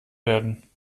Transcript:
werden